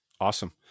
Awesome